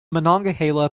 monongahela